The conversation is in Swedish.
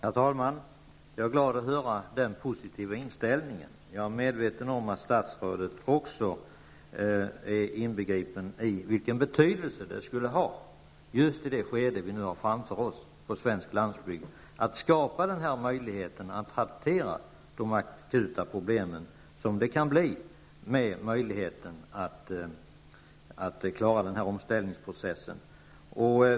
Fru talman! Jag är glad att höra denna positiva inställning. Jag är medveten om att statsrådet är införstådd med vilken betydelse detta skulle ha just i det skede som svensk landsbygd har framför sig när det gäller att skapa denna möjlighet att hantera de akuta problem som kan uppstå vid denna omställningsprocess.